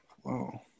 whoa